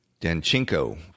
Danchenko